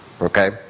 Okay